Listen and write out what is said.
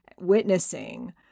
witnessing